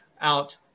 out